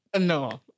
No